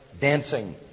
dancing